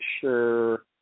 sure